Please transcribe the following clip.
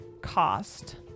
cost